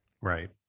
Right